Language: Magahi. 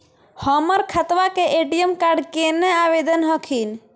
हमर खतवा के ए.टी.एम कार्ड केना आवेदन हखिन?